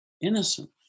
innocent